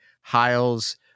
Hiles